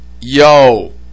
Yo